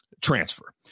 transfer